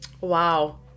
Wow